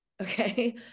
Okay